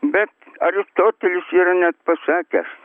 bet aristotelis yra net pasakęs